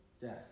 death